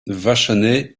vachonnet